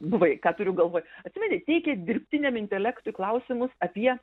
buvai ką turiu galvoj atsimeni teikė dirbtiniam intelektui klausimus apie